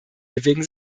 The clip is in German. bewegen